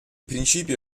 principio